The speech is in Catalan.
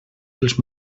dels